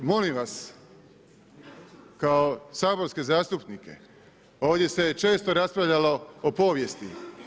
Molim vas, kao saborske zastupnike, ovdje se je često raspravljao o povijesti.